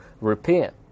repent